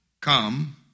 come